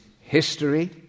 history